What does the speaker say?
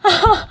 ha ha